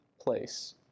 place